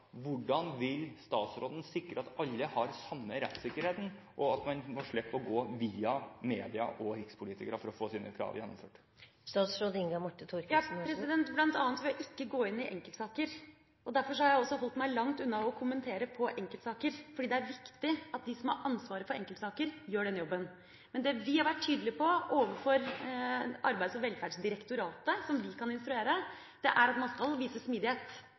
Hvordan vil statsråden sikre at alle har den samme rettssikkerheten, og at man slipper å gå via media og rikspolitikere for å få sine krav igjennom? Blant annet ved ikke å gå inn i enkeltsaker. Derfor har jeg også holdt meg langt unna å kommentere enkeltsaker, fordi det er viktig at de som har ansvaret for enkeltsaker, gjør den jobben. Men det vi har vært tydelige på overfor Arbeids- og velferdsdirektoratet, som vi kan instruere, er at man skal vise smidighet.